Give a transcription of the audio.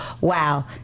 Wow